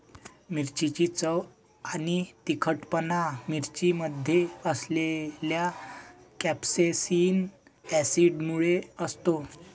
मिरचीची चव आणि तिखटपणा मिरच्यांमध्ये असलेल्या कॅप्सेसिन ऍसिडमुळे असतो